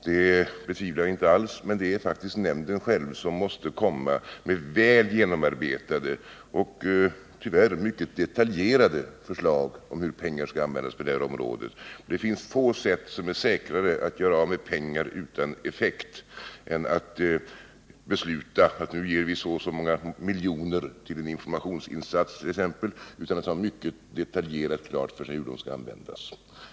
Det betvivlar jag inte alls, men det är faktiskt nämnden själv som måste komma med väl genomarbetade och tyvärr mycket detaljerade förslag om hur pengar skall användas på det här området. Det finns få sätt som är säkrare när det gäller att göra av med pengar utan effekt än att besluta, att nu ger vi så och så många miljoner till en informationsinsats exempelvis, utan att vi har mycket detaljerat klart för oss hur pengarna skall användas.